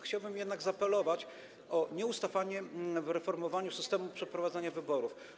Chciałbym jednak zaapelować o nieustawanie w reformowaniu systemu przeprowadzania wyborów.